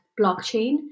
blockchain